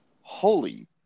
Holy